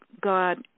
God